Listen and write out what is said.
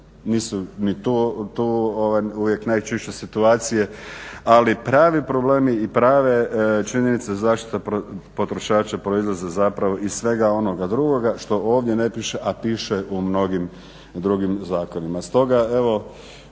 Nisu ni tu uvijek najčišće situacije, ali pravi problemi i prave činjenice zaštite potrošača proizlaze zapravo iz svega onoga drugoga što ovdje ne piše a piše u mnogim drugim zakonima.